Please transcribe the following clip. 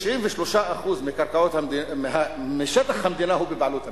93% משטח המדינה הוא בבעלות המדינה.